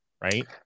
right